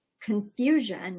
confusion